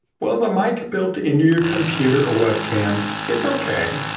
well the mic built into your computer or webcam, it's okay.